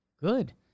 Good